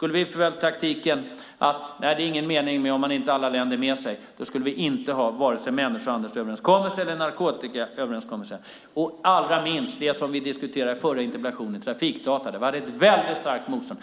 Om vi hade prövat taktiken att säga att det inte är någon mening om man inte har alla länder med sig skulle vi inte ha haft vare sig människohandelsöverenskommelsen eller narkotikaöverenskommelsen. Det gäller inte minst det som vi diskuterade i den förra interpellationsdebatten, trafikdata, där vi hade ett väldigt starkt motstånd.